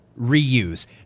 reuse